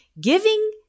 giving